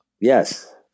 Yes